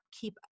keep